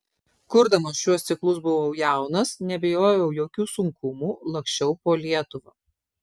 kurdamas šiuos ciklus buvau jaunas nebijojau jokių sunkumų laksčiau po lietuvą